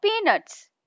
peanuts